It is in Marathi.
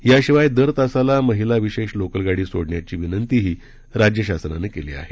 याशिवाय दर तासाला महिला विशेष लोकल गाडी सोडण्याची विनंतीही राज्य शासनानं केली आहे